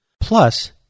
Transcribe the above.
plus